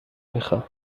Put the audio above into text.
میخام